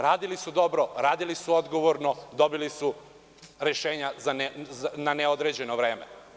Radili su dobro, radili su odgovorno i obili su rešenja na neodređeno vreme.